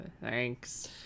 thanks